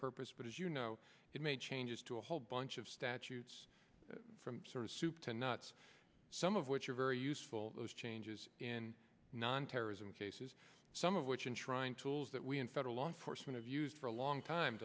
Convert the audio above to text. purpose but as you know it made changes to a whole bunch of statutes from soup to nuts some of which are very useful changes in non terrorism cases some of which i'm trying to allege that we in federal law enforcement of used for a long time